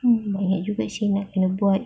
banyak juga seh nak kena buat